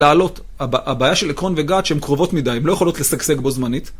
לעלות, הבעיה של עקרון וגת שהן קרובות מדי, הן לא יכולות לשגשג בו זמנית.